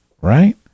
right